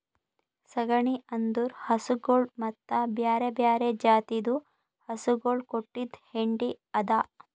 ಸಗಣಿ ಅಂದುರ್ ಹಸುಗೊಳ್ ಮತ್ತ ಬ್ಯಾರೆ ಬ್ಯಾರೆ ಜಾತಿದು ಹಸುಗೊಳ್ ಕೊಟ್ಟಿದ್ ಹೆಂಡಿ ಅದಾ